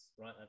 right